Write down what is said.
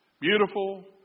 beautiful